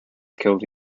killed